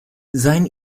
seinen